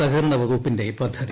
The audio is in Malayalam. സഹകരണവകുപ്പിന്റെ പദ്ധതി